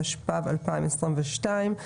התשפ"ב 2022,